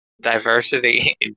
diversity